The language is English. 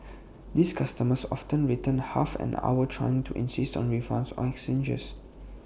these customers often return after half an hour trying to insist on refunds or exchanges